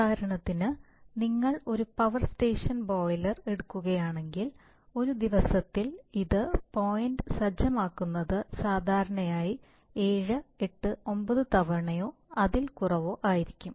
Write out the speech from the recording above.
ഉദാഹരണത്തിന് നിങ്ങൾ ഒരു പവർ സ്റ്റേഷൻ ബോയിലർ എടുക്കുകയാണെങ്കിൽ ഒരു ദിവസത്തിൽ ഇത് പോയിന്റ് സജ്ജമാക്കുന്നത് സാധാരണയായി 7 8 9 തവണയോ അതിൽ കുറവോ ആയിരിക്കും